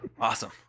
Awesome